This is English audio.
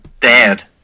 Dad